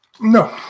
No